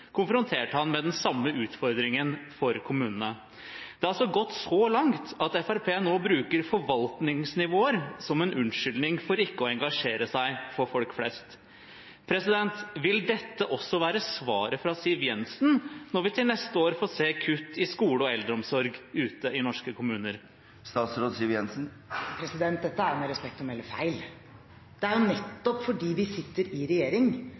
konfronterte ham med den samme utfordringen for kommunene. Det har altså gått så langt at Fremskrittspartiet nå bruker forvaltningsnivåer som en unnskyldning for ikke å engasjere seg for folk flest. Vil dette også være svaret fra Siv Jensen når vi til neste år får se kutt i skole og eldreomsorg ute i norske kommuner? Dette er – med respekt å melde – feil. Det er nettopp fordi vi sitter i regjering,